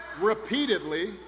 repeatedly